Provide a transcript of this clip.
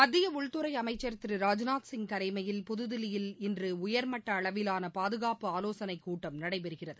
மத்திய உள்துறை அமைச்சர் திரு ராஜ்நாத்சிங் தலைமையில் புதுதில்லியில் இன்று உயர்மட்ட அளவிலான பாதுகாப்பு ஆலோசனை கூட்டம் நடைபெறுகிறது